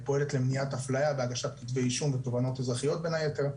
פועלת למניעת אפליה והגשת כתבי אישום ותובענות אזרחיות בין היתר.